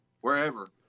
Wherever